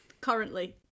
currently